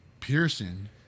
pearson